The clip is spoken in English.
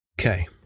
Okay